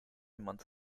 month